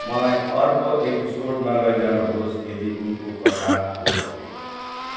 मलाई अर्को एपिसोडमा लैजानुहोस् यदि उनको कथा हो भने